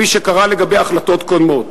כפי שקרה לגבי החלטות קודמות.